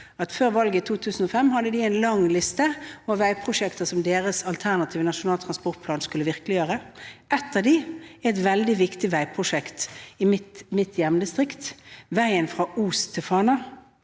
før valget i 2005 hadde de en lang liste over veiprosjekter som deres alternativ til Nasjonal transportplan skulle virkeliggjøre. Ett av dem er et veldig viktig veiprosjekt i mitt hjemdistrikt – veien fra Os til Fana.